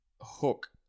hook